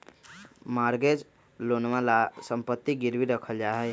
mortgage लोनवा ला सम्पत्ति गिरवी रखल जाहई